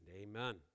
Amen